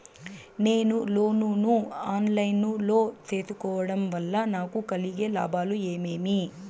నేను లోను ను online లో సేసుకోవడం వల్ల నాకు కలిగే లాభాలు ఏమేమీ?